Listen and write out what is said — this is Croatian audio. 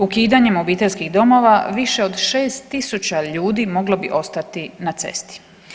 Ukidanjem obiteljskih domova više od 6000 ljudi moglo bi ostati na cesti.